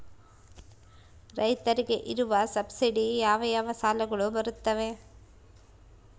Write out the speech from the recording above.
ರೈತರಿಗೆ ಇರುವ ಸಬ್ಸಿಡಿ ಯಾವ ಯಾವ ಸಾಲಗಳು ಬರುತ್ತವೆ?